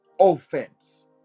offense